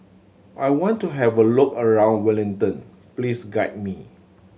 I want to have a look around Wellington please guide me